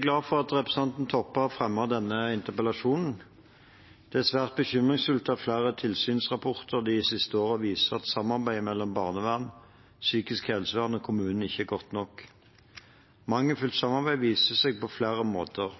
glad for at representanten Toppe har fremmet denne interpellasjonen. Det er svært bekymringsfullt at flere tilsynsrapporter de siste årene viser at samarbeidet mellom barnevern, psykisk helsevern og kommunene ikke er godt nok. Mangelfullt samarbeid viser seg på flere måter: